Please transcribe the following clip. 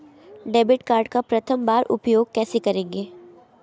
Debit card का प्रथम बार उपयोग कैसे करेंगे?